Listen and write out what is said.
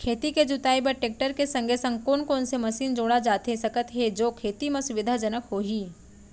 खेत के जुताई बर टेकटर के संगे संग कोन कोन से मशीन जोड़ा जाथे सकत हे जो खेती म सुविधाजनक होही?